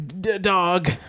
dog